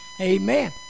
Amen